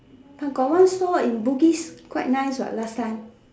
got one stall in Bugis quite nice what last time